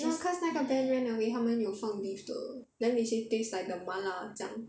ya cause 那个 ben ran away 他们有放 beef 的 then they say taste like the 麻辣这样